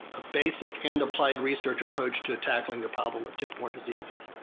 a basic and applied research approach to tackling the problem with tick-borne diseases.